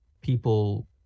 people